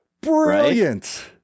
brilliant